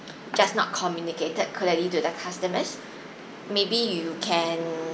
just not communicated clearly to the customers maybe you can